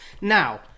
Now